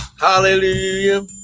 hallelujah